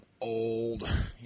old